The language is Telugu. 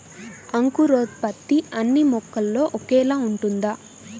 అంకురోత్పత్తి అన్నీ మొక్కల్లో ఒకేలా ఉంటుందా?